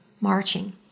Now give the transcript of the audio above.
marching